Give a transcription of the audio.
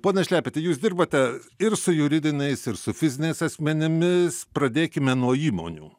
pone šlepeti jūs dirbate ir su juridiniais ir su fiziniais asmenimis pradėkime nuo įmonių